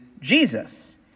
Jesus